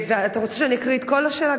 אתה רוצה שאני אקריא את כל השאלה,